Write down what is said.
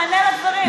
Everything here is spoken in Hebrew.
תענה על הדברים,